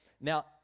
Now